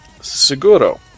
Seguro